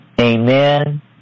Amen